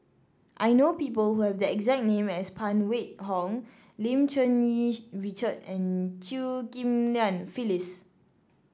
I know people who have the exact name as Phan Wait Hong Lim Cherng Yih Richard and Chew Ghim Lian Phyllis